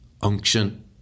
unction